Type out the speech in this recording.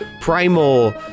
primal